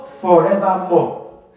forevermore